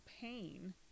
pain